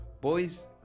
boys